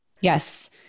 Yes